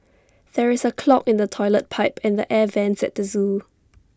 there is A clog in the Toilet Pipe and the air Vents at the Zoo